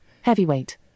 Heavyweight